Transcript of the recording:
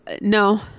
No